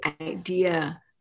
idea